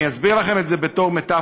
אני אסביר לכם את זה במטפורה.